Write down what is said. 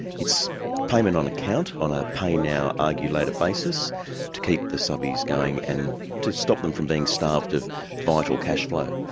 it's payment on account on a pay-now-argue-later basis to keep the subbies going and to stop them from being starved of vital cash flow.